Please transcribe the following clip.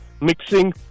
mixing